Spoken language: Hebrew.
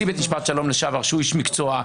בית משפט שלום לשעבר שהוא איש מקצוע,